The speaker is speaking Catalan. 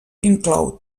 inclou